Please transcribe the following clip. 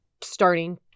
starting